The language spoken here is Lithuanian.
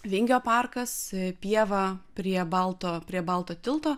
vingio parkas pieva prie balto prie balto tilto